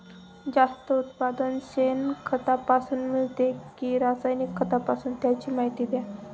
जास्त उत्पादन शेणखतापासून मिळते कि रासायनिक खतापासून? त्याची माहिती द्या